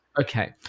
Okay